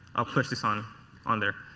i'll push this on on there.